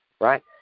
right